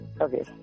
Okay